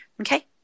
Okay